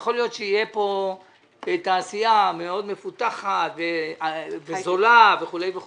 יכול להיות שתהיה פה תעשייה מאוד מפותחת וזולה וכו' וכו',